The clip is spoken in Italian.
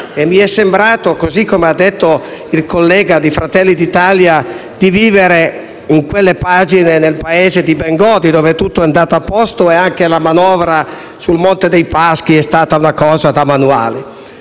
e mi è sembrato, così come ha detto il collega di Fratelli d'Italia, di vivere, in quelle pagine, nel paese di Bengodi, dove tutto andava bene e dove anche quella sul Monte dei Paschi è considerata una manovra da manuale.